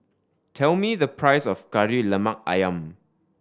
tell me the price of Kari Lemak Ayam